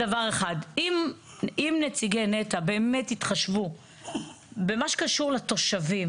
אם נציגי נת"ע באמת יתחשבו במה שקשור לתושבים